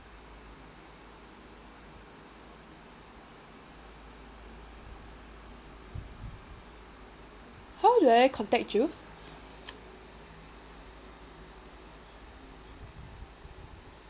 how do I contact you